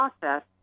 process